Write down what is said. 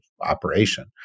operation